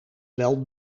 wel